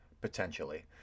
potentially